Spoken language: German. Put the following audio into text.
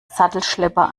sattelschlepper